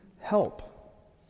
help